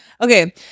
okay